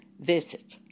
visit